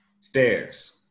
stairs